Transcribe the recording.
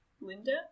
Linda